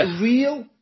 real